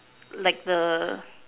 like the